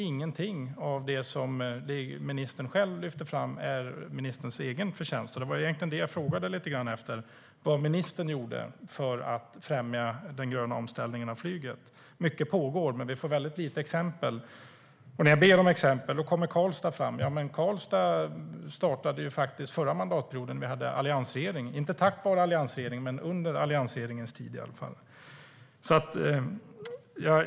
Ingenting av det som ministern själv lyfter fram är egentligen ministerns egen förtjänst, och det var det jag frågade efter. Vad gör ministern för att främja den gröna omställningen av flyget? Mycket pågår, men vi får väldigt få exempel. När jag ber om exempel kommer Karlstad fram, men Karlstad startade ju under den förra mandatperioden. Det var inte tack vare alliansregeringen, men det var i alla fall under alliansregeringens tid.